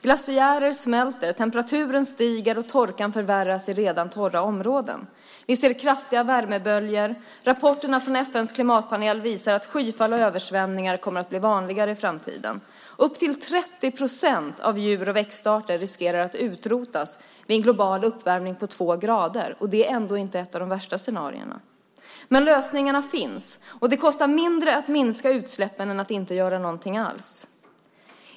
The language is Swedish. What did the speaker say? Glaciärer smälter, temperaturen stiger och torkan förvärras i redan torra områden. Vi ser kraftiga värmeböljor. Rapporterna från FN:s klimatpanel visar att skyfall och översvämningar kommer att bli vanligare i framtiden. Upp till 30 procent av djur och växtarter riskerar att utrotas vid en global uppvärmning på 2 grader, och det är ändå inte ett av de värsta scenarierna. Men lösningarna finns, och det kostar mindre att minska utsläppen än att inte göra någonting alls.